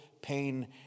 pain